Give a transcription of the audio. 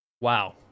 Wow